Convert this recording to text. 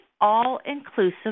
all-inclusive